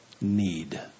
need